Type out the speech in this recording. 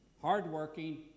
hardworking